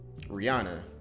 Rihanna